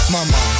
Mama